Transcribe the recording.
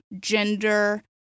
gender